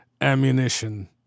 ammunition